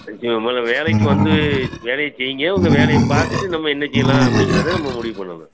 முதல்ல வேலைக்கு வந்து வேலையை செய்யுங்க உங்கள் வேலையை பார்த்துட்டு நம்ம என்ன செய்யலாம் அப்படிங்கிறத நம்ம முடிவு பண்ணுவோங்க